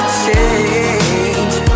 change